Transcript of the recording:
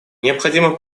необходимо